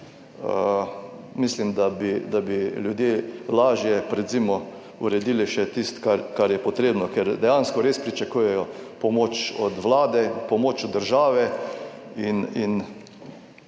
da bi, da bi ljudje lažje pred zimo uredili še tisto, kar je potrebno. Ker dejansko res pričakujejo pomoč od Vlade, pomoč od države. In